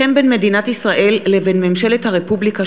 הסכם בין מדינת ישראל לבין ממשלת הרפובליקה